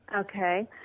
Okay